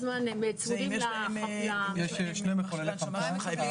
בסעיף 3 בהסכם העיקרי